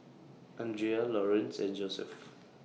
Andrea Laurance and Joseph